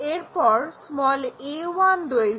এরপর a1 দৈর্ঘ্য